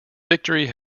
victory